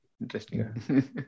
interesting